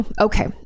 Okay